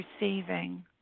receiving